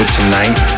tonight